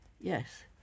Yes